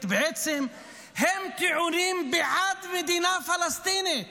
הם בעצם טיעונים בעד מדינה פלסטינית.